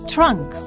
Trunk